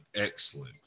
excellent